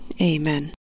Amen